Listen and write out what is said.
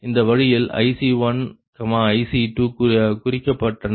இந்த வழியில் IC1 IC2 குறிக்கப்பட்டன